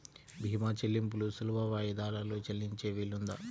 భీమా చెల్లింపులు సులభ వాయిదాలలో చెల్లించే వీలుందా?